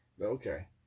okay